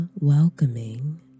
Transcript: welcoming